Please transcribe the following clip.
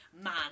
Man